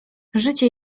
życie